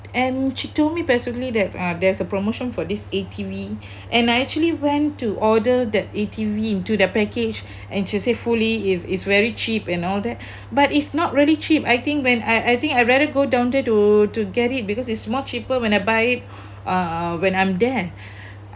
and she told me basically that uh there's a promotion for this A_T_V and I actually went to order the A_T_V into the package and she said fully is is very cheap and all that but it's not really cheap I think when I I think I rather go down there to to get it because it's more cheaper when I buy uh when I'm there